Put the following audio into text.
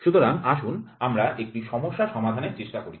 সুতরাং আসুন আমরা একটি সমস্যা সমাধানের চেষ্টা করি